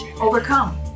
overcome